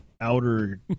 outer